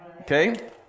Okay